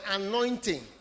anointing